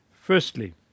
Firstly